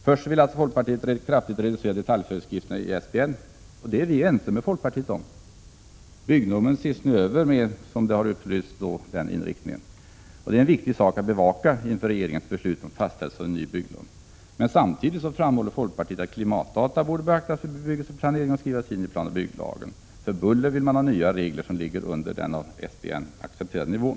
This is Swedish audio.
Först vill folkpartiet rätt kraftigt reducera detaljföreskrifterna i SBN, och det är vi ense med folkpartiet om. Byggnormen ses nu över med, som det upplysts, den inriktningen. Detta är en viktig sak att bevaka inför regeringens beslut om fastställelse av en ny byggnorm. Samtidigt framhåller folkpartiet att klimatdata borde beaktas vid bebyggelseplanering och skrivas in i planoch bygglagen. För buller vill man ha nya regler som ligger under den av SBN accepterade nivån.